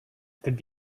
could